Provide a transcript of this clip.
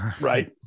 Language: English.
right